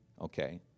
Okay